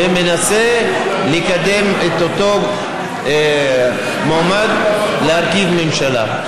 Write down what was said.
ומנסה לקדם את אותו מועמד להרכיב ממשלה,